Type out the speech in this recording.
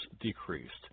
decreased